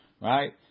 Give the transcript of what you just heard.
right